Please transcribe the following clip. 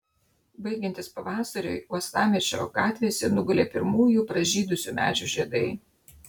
baigiantis pavasariui uostamiesčio gatvėse nugulė pirmųjų pražydusių medžių žiedai